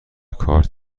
کارت